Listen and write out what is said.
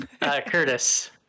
Curtis